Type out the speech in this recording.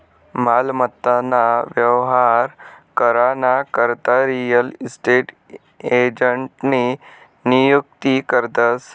मालमत्ता ना व्यवहार करा ना करता रियल इस्टेट एजंटनी नियुक्ती करतस